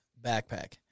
backpack